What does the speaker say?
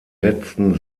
letzten